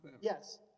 Yes